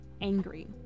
angry